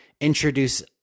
introduce